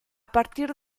partir